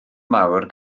mawr